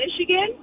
Michigan